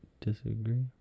disagree